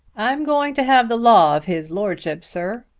i'm going to have the law of his lordship, sir.